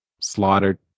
slaughtered